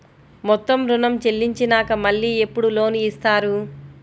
మొత్తం ఋణం చెల్లించినాక మళ్ళీ ఎప్పుడు లోన్ ఇస్తారు?